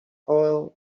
oil